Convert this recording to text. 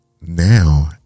now